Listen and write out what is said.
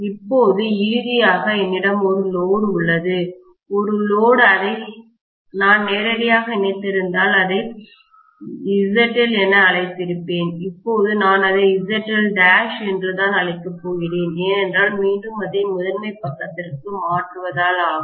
இப்போது இறுதியாக என்னிடம் ஒரு லோடு உள்ளது ஒரு லோடு அதை நான் நேரடியாக இணைத்திருந்தால் அதை ZL என அழைத்திருப்பேன் இப்போது நான் அதை ZL' என்றுதான் அழைக்கப் போகிறேன் ஏனென்றால் மீண்டும் அதை முதன்மை பக்கத்திற்கு மாற்றுவதால் ஆகும்